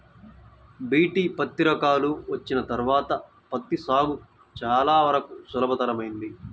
BT పత్తి రకాలు వచ్చిన తర్వాత పత్తి సాగు చాలా వరకు సులభతరమైంది